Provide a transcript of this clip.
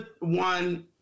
one